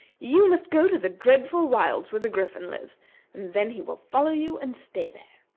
you must go to the dreadful wilds where the griffin lives and then he will follow you and stay there.